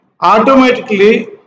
automatically